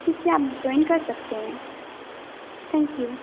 ठीक है आप जॉइन कर सकते हैं थैंक यू